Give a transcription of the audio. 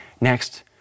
next